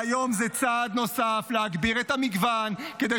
והיום זה צעד נוסף להגביר את המגוון כדי